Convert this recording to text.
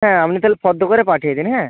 হ্যাঁ আপনি তাহলে ফর্দ করে পাঠিয়ে দিন হ্যাঁ